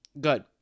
Good